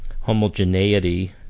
homogeneity